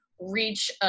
reach